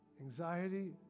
anxiety